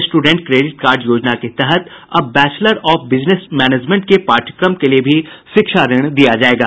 student credit card योजना के तहत अब बैचलर ऑफ बिजनेस मैनेजमेंट के पाठ्यक्रम के लिए भी शिक्षा ऋण दिया जायेगा